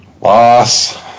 Loss